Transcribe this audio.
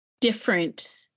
different